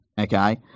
okay